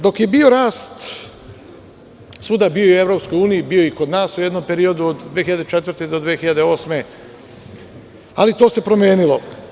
Dok je bio rast, svuda, bio je i u EU, bio je i kod nas u jednom periodu od 2004. godine do 2008. godine ali to se promenilo.